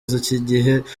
gito